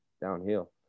downhill